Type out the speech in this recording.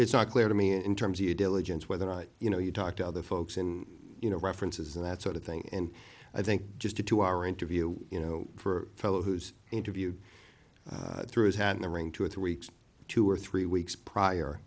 it's not clear to me in terms you diligence whether or not you know you talk to other folks in you know references and that sort of thing and i think just a two hour interview you know for whose interview threw his hat in the ring two or three weeks two or three weeks prior